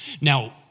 Now